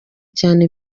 cyane